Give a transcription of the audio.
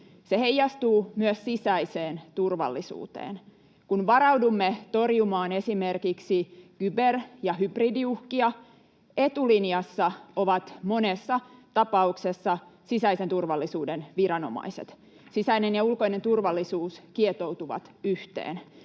Se heijastuu myös sisäiseen turvallisuuteen: kun varaudumme torjumaan esimerkiksi kyber- ja hybridiuhkia, etulinjassa ovat monessa tapauksessa sisäisen turvallisuuden viranomaiset. Sisäinen ja ulkoinen turvallisuus kietoutuvat yhteen.